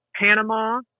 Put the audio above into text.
Panama